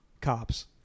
cops